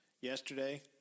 Yesterday